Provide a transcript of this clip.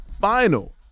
final